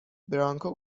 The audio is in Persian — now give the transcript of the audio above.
برانکو